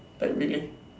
like really